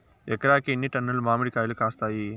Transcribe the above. ఎకరాకి ఎన్ని టన్నులు మామిడి కాయలు కాస్తాయి?